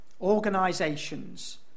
organisations